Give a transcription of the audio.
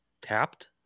tapped